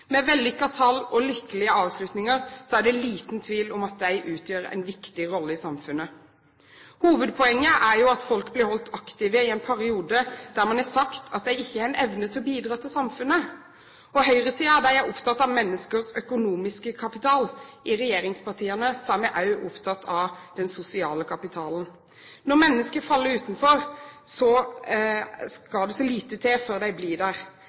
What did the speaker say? Med vellykkede tall og lykkelige avslutninger er det liten tvil om at de utgjør en viktig rolle i samfunnet. Hovedpoenget er at folk blir holdt aktive i en periode da man har sagt at de ikke har evne til å bidra til samfunnet. Høyresiden er opptatt av menneskers økonomiske kapital, i regjeringspartiene er vi også opptatt av den sosiale kapitalen. Når mennesker faller utenfor, skal det så lite til før de blir der.